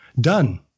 done